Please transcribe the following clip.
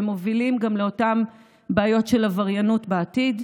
ומובילים גם לאותן בעיות של עבריינות בעתיד,